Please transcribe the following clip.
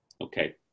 Okay